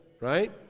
right